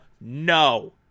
no